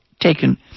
taken